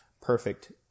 perfect